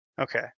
Okay